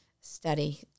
study